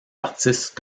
artistes